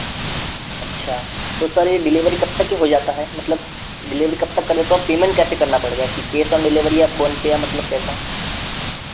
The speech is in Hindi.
अच्छा तो सर यह डिलीवरी कब तक का हो जाता है मतलब डिलीवरी कब तक का देते हो आप पेमेंट कैसा करना पड़ेगा कि कैस ऑन डिलीवरी या फोन पे या मतलब कैसा